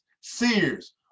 Sears